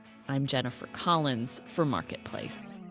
i'm jennifer collins for marketplace